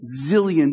zillion